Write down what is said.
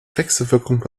wechselwirkung